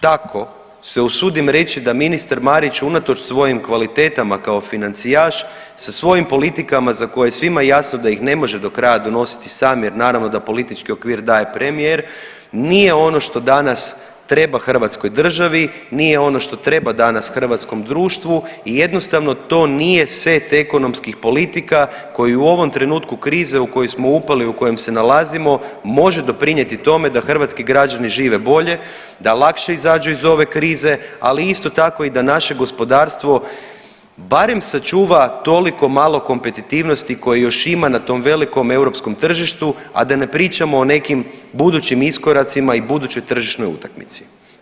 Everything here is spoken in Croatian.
Tako se usudim reći da ministar Marić unatoč svojim kvalitetama kao financijaš, sa svojim politikama za koje je svima jasno da ih ne može do kraja donositi sam jer naravno da politički okvir daje premijer, nije ono što danas treba Hrvatskoj državi, nije ono što treba danas hrvatskom društvu i jednostavno to nije set ekonomskih politika koje u ovom trenutku krize u koji smo upali u kojem se nalazimo može doprinijeti tome da hrvatski građani žive bolje, da lakše izađu iz ove krize, ali isto tako i da naše gospodarstvo barem sačuva toliko malo kompetitivnosti koje još ima na tom velikom europskom tržištu, a da ne pričamo o nekim budućim iskoracima i budućoj tržišnoj utakmici.